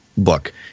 book